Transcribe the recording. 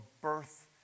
birth